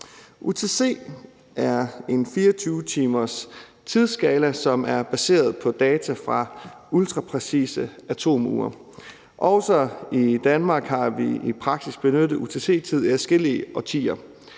UTC er en 24-timers tidsskala, som er baseret på data fra ultrapræcise atomure. Også i Danmark har vi i praksis benyttet UTC-tid i adskillige årtier.